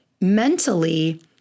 mentally